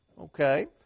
Okay